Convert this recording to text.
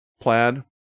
plaid